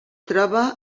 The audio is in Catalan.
troba